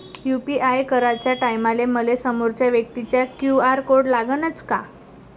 UPI कराच्या टायमाले मले समोरच्या व्यक्तीचा क्यू.आर कोड लागनच का?